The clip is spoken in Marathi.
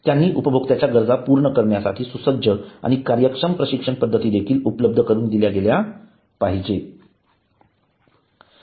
त्यांनी उपभोक्त्याच्या गरजा पूर्ण करण्यासाठी सुसज्ज आणि कार्यक्षम प्रशिक्षण पद्धती देखील उपलब्ध करून दिल्या गेल्या पाहिजेत